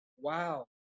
wow